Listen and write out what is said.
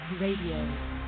Radio